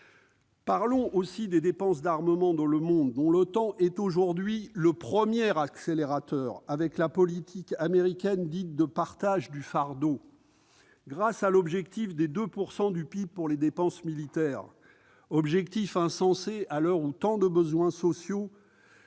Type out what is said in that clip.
Parlons aussi des dépenses d'armement dans le monde, dont l'OTAN est aujourd'hui le premier accélérateur, avec la politique américaine dite de « partage du fardeau ». Grâce à l'objectif des 2 % du PIB pour les dépenses militaires des pays membres, objectif insensé à l'heure où tant de besoins sociaux